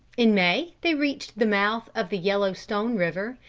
in may they reached the mouth of the yellow stone river,